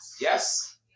Yes